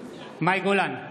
בהצבעה מאי גולן,